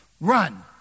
run